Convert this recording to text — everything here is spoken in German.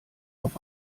auf